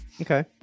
Okay